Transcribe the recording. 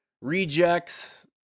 rejects